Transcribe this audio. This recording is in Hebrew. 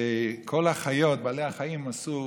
וכל בעלי החיים עשו